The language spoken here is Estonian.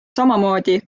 samamoodi